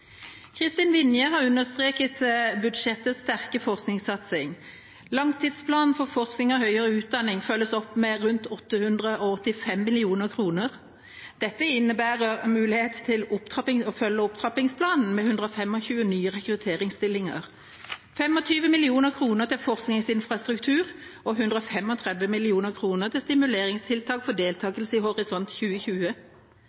Kristin Vinje har understreket budsjettets sterke forskningssatsing. Langtidsplanen for forskning og høyere utdanning følges opp med rundt 885 mill. kr. Dette innebærer en mulighet til å følge opp opptrappingsplanen med 125 nye rekrutteringsstillinger. Det foreslås 25 mill. kr til forskningsinfrastruktur og 135 mill. kr til stimuleringstiltak for deltakelse i Horisont 2020.